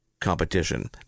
competition